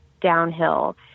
downhill